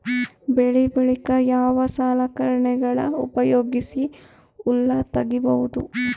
ಬೆಳಿ ಬಳಿಕ ಯಾವ ಸಲಕರಣೆಗಳ ಉಪಯೋಗಿಸಿ ಹುಲ್ಲ ತಗಿಬಹುದು?